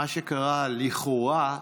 לכאורה,